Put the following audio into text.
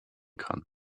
kann